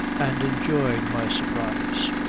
and enjoyed my surprise.